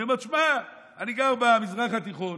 אני אומר: שמע, אני גר במזרח התיכון,